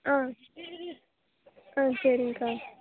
ஆ ஆ சரிங்கக்கா ம்